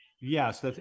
Yes